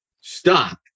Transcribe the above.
stop